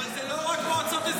אבל זה לא רק מועצות אזוריות.